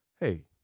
Hey